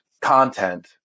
content